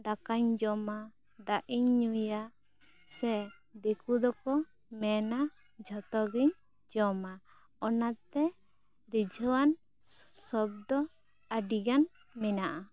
ᱫᱟᱠᱟᱧ ᱡᱚᱢᱟ ᱫᱟᱜ ᱤᱧ ᱧᱩᱭᱟ ᱥᱮ ᱫᱤᱠᱩ ᱫᱚᱠᱚ ᱢᱮᱱᱟ ᱡᱷᱚᱛᱚ ᱜᱮᱧ ᱡᱚᱢᱟ ᱚᱱᱟᱛᱮ ᱨᱤᱡᱷᱟ ᱣᱟᱱ ᱥᱚᱵᱫᱚ ᱟᱹᱰᱤ ᱜᱟᱱ ᱢᱮᱱᱟᱜᱼᱟ